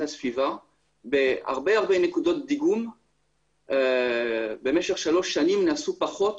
הסביבה בהרבה נקודות דיגום במשך שלוש שנים נעשו פחות